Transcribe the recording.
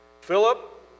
Philip